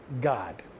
god